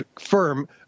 firm